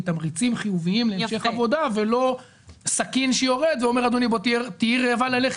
תמריצים חיוביים להמשך עבודה ולא סכין שיורד ואומר תהי רעבה ללחם